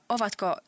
Ovatko